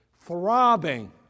throbbing